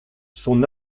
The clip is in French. son